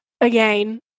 again